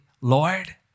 Lord